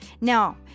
Now